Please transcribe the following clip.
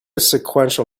sequential